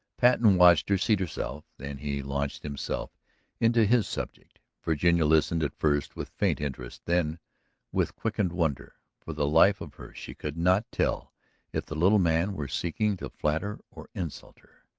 patten watched her seat herself then he launched himself into his subject. virginia listened at first with faint interest, then with quickened wonder. for the life of her she could not tell if the little man were seeking to flatter or insult her.